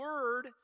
word